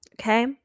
okay